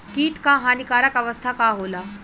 कीट क हानिकारक अवस्था का होला?